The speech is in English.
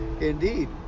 indeed